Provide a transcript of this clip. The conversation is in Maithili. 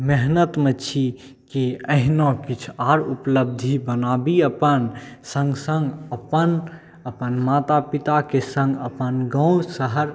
मेहनतिमे छी कि अहिना किछु आओर उपलब्धि बनाबी अपन सङ्ग सङ्ग अपन माता पिताके सङ्ग अपन गाम शहर